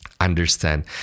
understand